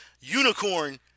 Unicorn